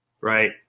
right